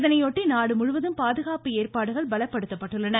இதனையொட்டி நாடுமுழுவதும் பாதுகாப்பு ஏற்பாடுகள் பலப்படுத்தப்பட்டுள்ளன